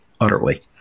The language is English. utterly